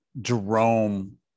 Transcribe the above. Jerome